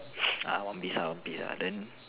ah one piece ah one piece ah then